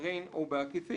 "במישרין או בעקיפין".